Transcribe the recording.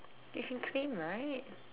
they can claim right